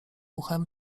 uchem